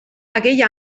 aquell